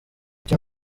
kim